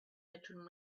bedroom